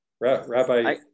Rabbi